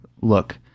look